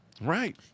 Right